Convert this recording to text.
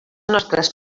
nostres